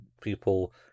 people